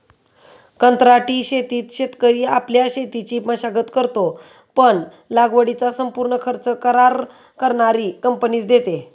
कंत्राटी शेतीत शेतकरी आपल्या शेतीची मशागत करतो, पण लागवडीचा संपूर्ण खर्च करार करणारी कंपनीच देते